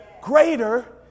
Greater